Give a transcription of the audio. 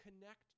connect